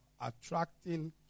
Attracting